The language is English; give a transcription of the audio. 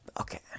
Okay